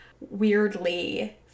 weirdly